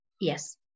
Yes